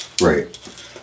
Right